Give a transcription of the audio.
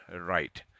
right